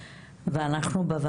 תודה רבה.